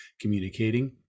communicating